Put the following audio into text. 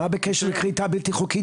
מה בקשר לכריתה בלתי חוקית,